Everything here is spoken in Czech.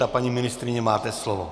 A paní ministryně, máte slovo.